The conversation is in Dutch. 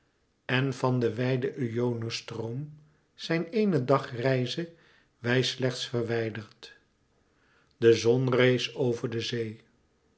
en van den wijden euenosstroom zijn eéne dagreize wij slechts verwijderd de zon rees over de zee